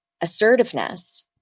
assertiveness